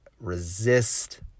resist